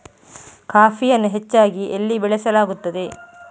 ಕಾಫಿಯನ್ನು ಹೆಚ್ಚಾಗಿ ಎಲ್ಲಿ ಬೆಳಸಲಾಗುತ್ತದೆ?